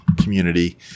community